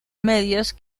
medios